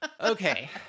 okay